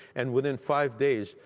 and within five days,